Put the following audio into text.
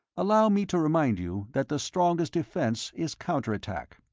allow me to remind you that the strongest defence is counter-attack.